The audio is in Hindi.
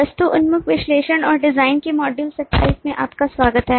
वस्तु उन्मुख विश्लेषण और डिजाइन के मॉड्यूल 27 में आपका स्वागत है